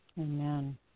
Amen